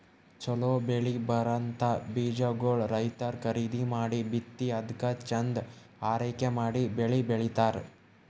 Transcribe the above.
ಛಲೋ ಬೆಳಿ ಬರಂಥ ಬೀಜಾಗೋಳ್ ರೈತರ್ ಖರೀದಿ ಮಾಡಿ ಬಿತ್ತಿ ಅದ್ಕ ಚಂದ್ ಆರೈಕೆ ಮಾಡಿ ಬೆಳಿ ಬೆಳಿತಾರ್